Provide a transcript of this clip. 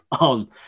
on